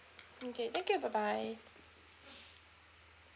okay thank you bye bye